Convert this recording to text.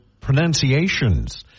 pronunciations